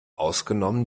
außgenommen